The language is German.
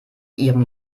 ihrem